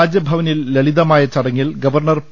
രാജ്ഭവനിൽ ലളിതമായ ചടങ്ങിൽ ഗവർണർ പി